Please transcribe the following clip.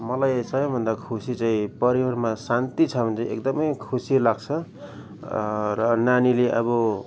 मलाई सबैभन्दा खुसी चाहिँ परिवारमा शान्ति छ भन चाहिँ एकदमै खुसी लाग्छ र नानीले अब